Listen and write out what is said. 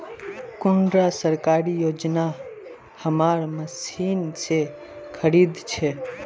कुंडा सरकारी योजना हमार मशीन से खरीद छै?